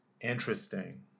Interesting